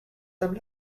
femme